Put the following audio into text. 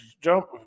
jump